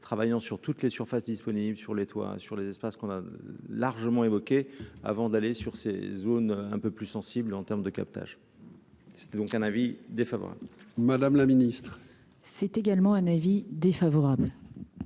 travaillant sur toutes les surfaces disponibles sur les toits sur les espaces qu'on a largement évoqué, avant d'aller sur ces zones un peu plus sensible en terme de captage, c'était donc un avis défavorable. Madame la Ministre, c'est également un avis défavorable.